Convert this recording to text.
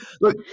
look